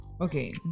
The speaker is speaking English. okay